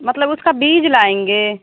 मतलब उसका बीज लाएँगे